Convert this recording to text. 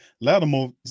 Lattimore